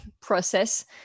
process